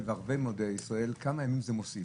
וערבי מועדי ישראל כמה ימים זה מוסיף?